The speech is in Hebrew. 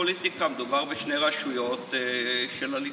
פוליטיקה: מדובר בשתי רשויות של הליכוד,